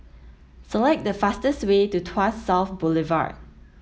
select the fastest way to Tuas South Boulevard